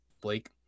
blake